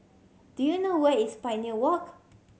do you know where is Pioneer Walk